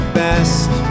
best